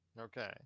Okay